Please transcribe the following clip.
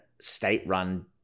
state-run